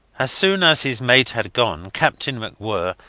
as soon as his mate had gone captain macwhirr,